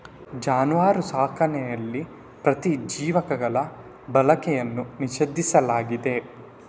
ಜಾನುವಾರು ಸಾಕಣೆಯಲ್ಲಿ ಪ್ರತಿಜೀವಕಗಳ ಬಳಕೆಯನ್ನು ನಿಷೇಧಿಸಲಾಗಿದೆ